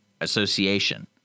Association